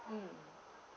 um